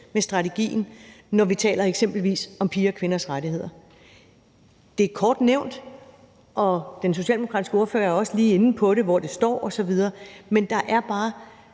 med strategien, når vi eksempelvis taler om piger og kvinders rettigheder. Det er kort nævnt, og den socialdemokratiske ordfører var også lige inde på det; hvor det står osv. Men der er bare